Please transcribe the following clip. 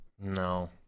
No